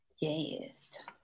yes